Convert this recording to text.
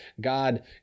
God